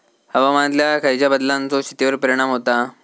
हवामानातल्या खयच्या बदलांचो शेतीवर परिणाम होता?